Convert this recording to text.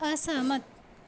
असहमत